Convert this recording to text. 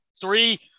three